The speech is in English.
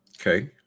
Okay